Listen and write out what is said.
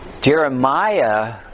Jeremiah